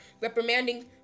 reprimanding